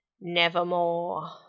Nevermore